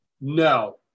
No